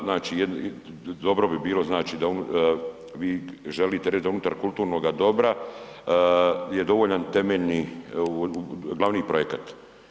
Znači jedno, dobro bi bilo znači da, vi želite reći da unutar kulturnoga dobra je dovoljan temeljni, glavni projekat.